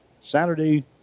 Saturday